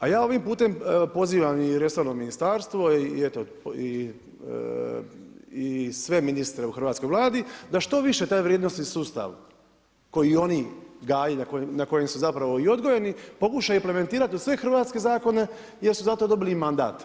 A ja ovim putem pozivam i resorno ministarstvo i eto i sve ministre u Hrvatskoj vladi, da što više taj vrijednosti sustav, koji oni gaje, na kojim su zapravo i odgojeni pokušaju implementirati u sve hrvatske zakone, jer su za to dobili i mandat.